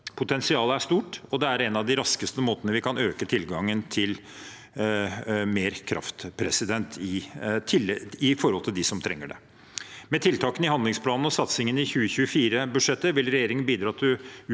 Potensialet er stort, og det er en av de raskeste måtene vi kan øke tilgangen til mer kraft for dem som trenger det. Med tiltakene i handlingsplanen og satsingen i 2024-budsjettet vil regjeringen bidra til